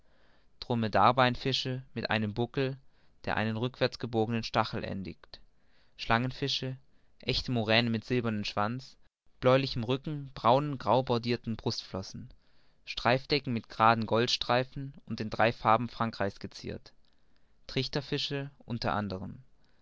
schwanz dromedarbeinfische mit einem buckel der in einen rückwärts gebogenen stachel endigt schlangenfische echte muränen mit silbernem schwanz bläulichem rücken braunen graubordirten brustflossen streifdecken mit geraden goldstreifen und den drei farben frankreichs geziert trichterfische u a